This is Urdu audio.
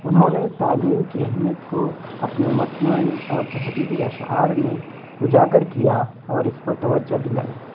انہوں نے تعلیم کی اہمیت کو اپنے مصنوعی اور تحریری اشعارمیں اجاگر کیا اور اس پر توجہ دلائی